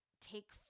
take